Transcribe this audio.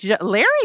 Larry